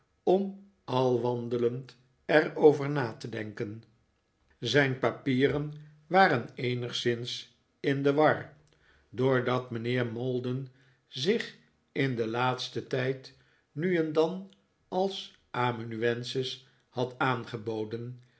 om al wandelend er over na te denken zijn papieren waren eenigszins in de war doordat mijnheer maldon zich in den laatsten tijd nu en dan als amanuensis had aangeboden